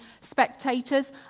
spectators